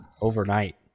overnight